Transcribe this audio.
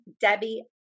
Debbie